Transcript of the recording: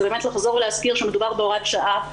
זה באמת לחזור ולהזכיר שמדובר בהוראת שעה.